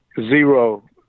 Zero